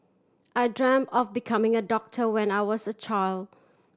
I dreamt of becoming a doctor when I was a child